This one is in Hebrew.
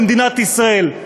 במדינת ישראל,